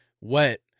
wet